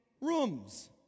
rooms